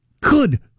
Good